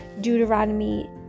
Deuteronomy